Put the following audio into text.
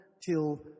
till